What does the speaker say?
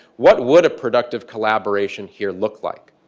what would a productive collaboration here look like?